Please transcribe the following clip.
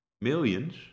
millions